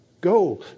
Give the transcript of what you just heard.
Go